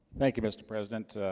thank you mr. president,